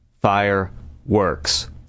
Fireworks